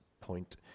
point